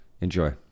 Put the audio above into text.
enjoy